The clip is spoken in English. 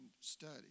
study